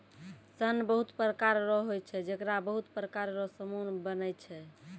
सन बहुत प्रकार रो होय छै जेकरा बहुत प्रकार रो समान बनै छै